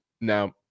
Now